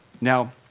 Now